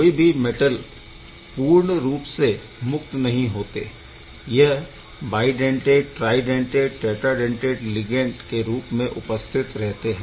कोई भी मैटल पूर्ण रूप से मुक्त नहीं होते यह बइडेनटेट ट्राएडेन्टेट टैट्राडेंटेट लिगैण्ड के रूप में उपस्थित रहते है